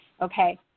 Okay